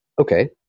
okay